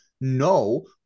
no